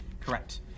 Correct